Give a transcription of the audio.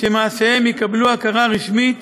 שמעשיהם יקבלו הכרה רשמית